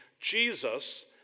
Jesus